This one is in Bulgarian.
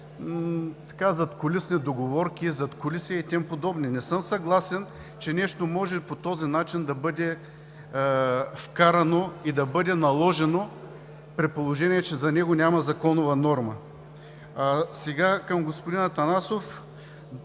задкулисни договорки, задкулисие и тем подобни. Не съм съгласен, че нещо може по този начин да бъде вкарано и да бъде наложено, при положение че за него няма законова норма. Сега към господин Атанасов.